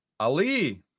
Ali